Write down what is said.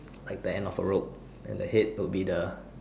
like the end of a rope then the head will be the